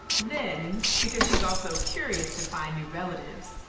then, because she's also curious to find new relatives,